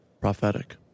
Prophetic